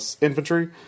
infantry